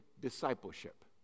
discipleship